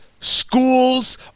Schools